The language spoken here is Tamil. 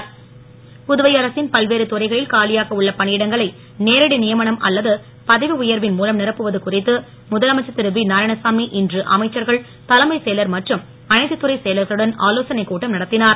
நாராயணசாமி புதுவை அரசின் பல்வேறு துறைகளில் காலியாக உள்ள பணியிடங்களை நேரடி நியமனம் அல்லது பதவி உயர்வின் மூலம் நிரப்புவது குறித்து முதலமைச்சர் திரு வி நாராயணசாமி இன்று அமைச்சர்கள் தலைமைச் செயலர் மற்றும் அனைத்துத் துறைச் செயலர்களுடன் ஆலோசனைக் கூட்டம் நடத்தினார்